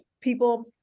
people